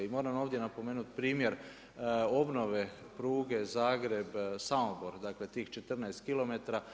I moram ovdje napomenuti promjer obnove pruge Zagreb-Samobor, dakle tih 14km.